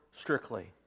strictly